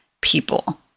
people